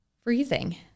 freezing